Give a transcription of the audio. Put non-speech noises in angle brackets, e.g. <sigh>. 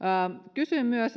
kysyin myös <unintelligible>